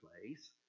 place